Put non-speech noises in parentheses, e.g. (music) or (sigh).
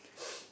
(noise)